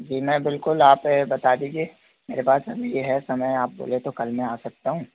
जी मैं बिलकुल आप बता दीजिए मेरे पास अभी है समय आप बोलें तो कल मैं आ सकता हूँ